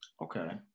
okay